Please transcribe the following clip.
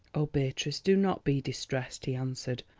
oh, beatrice, do not be distressed, he answered.